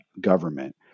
government